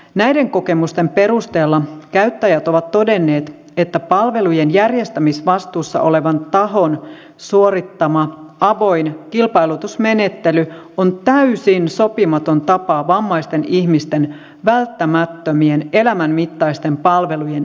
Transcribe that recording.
näiden kokemusten perusteella käyttäjät ovat todenneet että palvelujen järjestämisvastuussa olevan tahon suorittama avoin kilpailutusmenettely on täysin sopimaton tapa vammaisten ihmisten välttämättömien elämän mittaisten palvelujen järjestämiseen